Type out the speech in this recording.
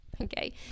Okay